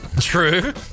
True